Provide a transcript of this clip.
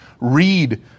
read